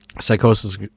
psychosis